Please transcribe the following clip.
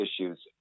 issues